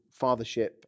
fathership